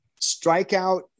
strikeout